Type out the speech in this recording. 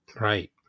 Right